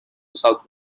south